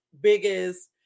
biggest